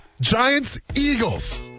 Giants-Eagles